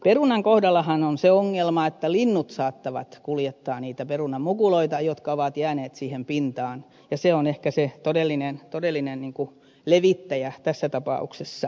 perunan kohdallahan on se ongelma että linnut saattavat kuljettaa niitä perunanmukuloita jotka ovat jääneet siihen pintaan ja se on ehkä se todellinen levittäjä tässä tapauksessa